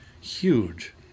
huge